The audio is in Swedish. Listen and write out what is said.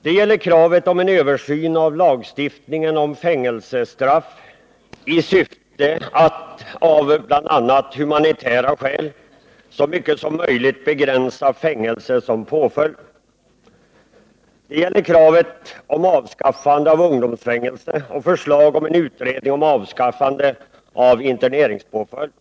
Det gäller kravet på en översyn av lagstiftningen om fängelsestraff i syfte att av bl.a. humanitära skäl så mycket som möjligt begränsa fängelse som påföljd. Det gäller också kravet på avskaffande av ungdomsfängelse och förslaget om en utredning om avskaffande av interneringspåföljd.